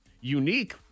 unique